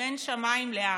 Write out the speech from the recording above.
בין שמיים לארץ.